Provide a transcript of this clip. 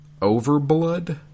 Overblood